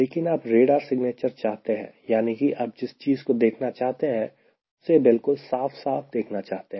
लेकिन आप radar signature चाहते हैं यानी कि आप जिस चीज़ को देखना चाहते हैं उसे बिल्कुल साफ साफ देखना चाहते हैं